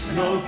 no